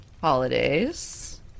holidays